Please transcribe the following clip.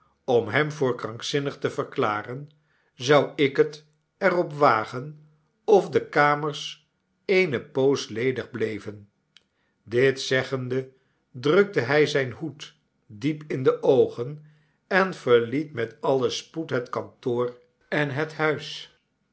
om hem voor krankzinnig te verklaren zou ik het er op wagen of de kamers eene poos ledig bleven dit zeggende drukte hij zijn hoed diep in de oogen en verliet met alien spoed het kantoor en het huis